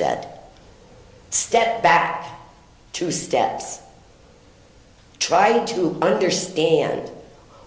said step back two steps trying to understand